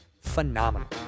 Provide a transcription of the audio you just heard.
phenomenal